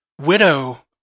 widow